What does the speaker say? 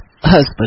husband